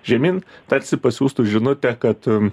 žemyn tarsi pasiųstų žinutę kad